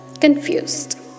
confused